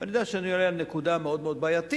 ואני יודע שאני מעלה נקודה מאוד בעייתית,